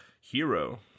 Hero